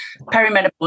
perimenopause